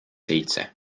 seitse